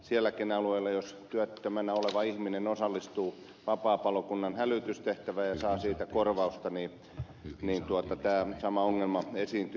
sellaisellakin alueella jos työttömänä oleva ihminen osallistuu vapaapalokunnan hälytystehtävään ja saa siitä korvausta tämä sama ongelma esiintyy